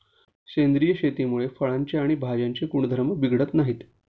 सेंद्रिय शेतीमुळे फळांचे आणि भाज्यांचे गुणधर्म बिघडत नाहीत